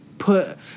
put